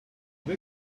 they